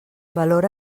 valor